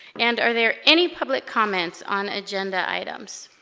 and are there any public comments on agenda items